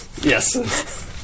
Yes